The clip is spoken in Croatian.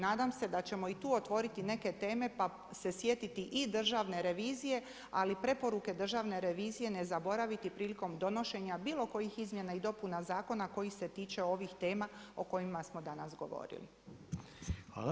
Nadam se da ćemo i tu otvoriti neke teme pa se sjetiti i Državne revizije, ali preporuke Državne revizije ne zaboraviti prilikom donošenja bilo kojih izmjena i dopuna zakona koji se tiče ovih tema o kojima smo danas govorili.